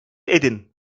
edin